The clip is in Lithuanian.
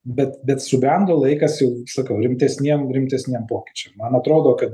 bet bet subrendo laikas jau sakau rimtesniem rimtesniem pokyčiam man atrodo kad